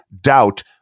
doubt